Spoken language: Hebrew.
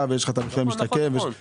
יש הסכם מול רשות החברות.